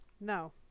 No